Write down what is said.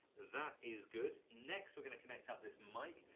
that is good. next we're gonna connect up this mic.